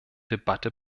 debatte